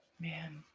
Man